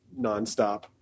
nonstop